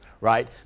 right